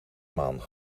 maan